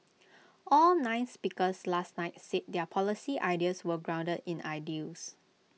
all nine speakers last night said their policy ideas were grounded in ideals